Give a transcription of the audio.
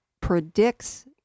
predicts